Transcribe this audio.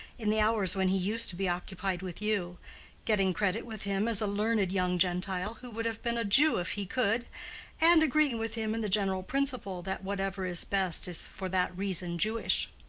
in the hours when he used to be occupied with you getting credit with him as a learned young gentile, who would have been a jew if he could and agreeing with him in the general principle, that whatever is best is for that reason jewish.